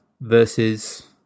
versus